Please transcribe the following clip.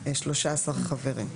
13 חברים.